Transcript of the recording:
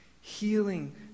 healing